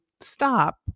stop